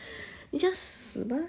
you just 死嘛